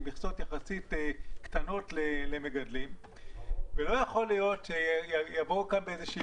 עם מכסות יחסית קטנות למגדלים ולא יכול להיות שיבוא כאן באיזושהי